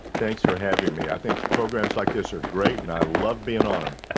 thanks for having me. i think programs like this are great and i love being on them.